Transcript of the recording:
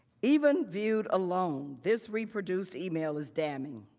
even viewed alone, this reproduced email is damning.